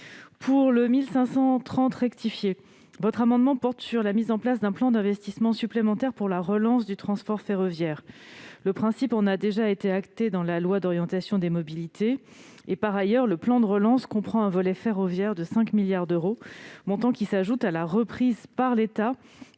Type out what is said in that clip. n° 1530 rectifié vise la mise en place d'un plan d'investissement supplémentaire pour la relance du transport ferroviaire. Le principe en a déjà été acté dans la loi d'orientation des mobilités. Par ailleurs, le plan de relance comprend un volet ferroviaire de 5 milliards d'euros, montant qui s'ajoute à la reprise par l'État